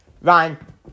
Ryan